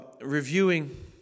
reviewing